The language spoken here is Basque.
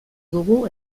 dugu